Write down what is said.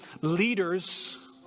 leaders